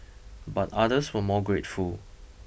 but others were more grateful